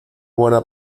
buena